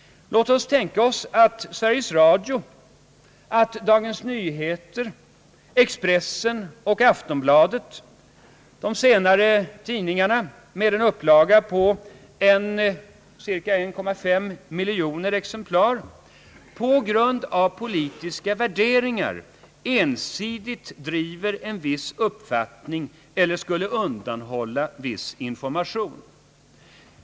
Låt oss tänka oss att Sveriges radio, Dagens Nyheter, Expressen och Af tonbladet — de senare tidningarna med en upplaga på cirka 1,5 miljon exemplar — på grund av politiska värderingar ensidigt skulle driva en viss uppfattning eller undanhålla viss information.